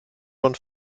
von